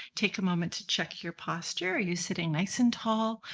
take a moment to check your posture. are you sitting nice and tall,